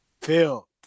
Phil